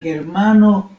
germano